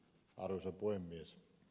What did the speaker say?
arvoisa puhemies